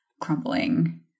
crumbling